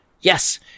Yes